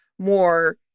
more